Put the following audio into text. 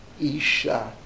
isha